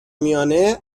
میانه